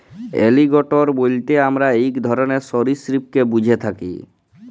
alligator বইলতে আমরা ইক ধরলের সরীসৃপকে ব্যুঝে থ্যাকি